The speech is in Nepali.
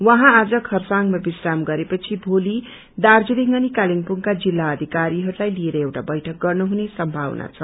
उहाँ आज चखरसाङमा विश्राम गरेपछि भोली दार्जीलिङ अनि कालेबुङका जिल्ल अधिकारीहरूलाई लिएर एउटा बैठक गर्नुहुने संभावना छ